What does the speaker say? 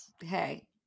Hey